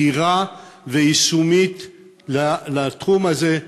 מהירה ויישומית לתחום הזה,